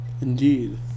Indeed